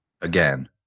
again